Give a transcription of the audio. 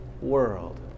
world